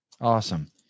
Awesome